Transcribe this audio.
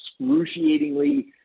excruciatingly